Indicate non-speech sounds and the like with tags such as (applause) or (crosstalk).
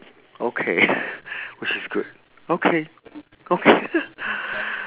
okay (breath) which is good okay okay (laughs)